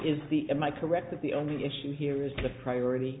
is the am i correct that the only issue here is the priority